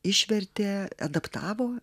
išvertė adaptavo